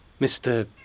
Mr